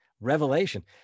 revelation